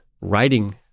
writing